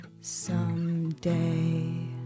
someday